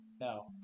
no